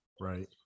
Right